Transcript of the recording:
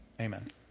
Amen